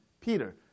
Peter